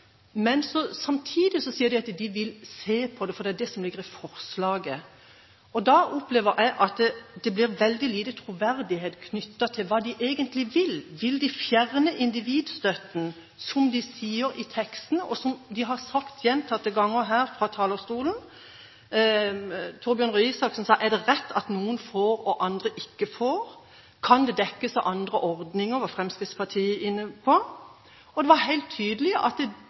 men samtidig sier de at de vil se på det, for det er det som ligger i forslaget. Da opplever jeg at det blir veldig lite troverdighet knyttet til hva de egentlig vil. Vil de fjerne individstøtten, som de sier i teksten, og som de har sagt gjentatte ganger her fra talerstolen? Torbjørn Røe Isaksen sa: Er det rett at noen får og andre ikke? Kan det dekkes av andre ordninger, var Fremskrittspartiet inne på. Det var helt tydelig sånn som jeg opplevde det fra lytterposisjon, at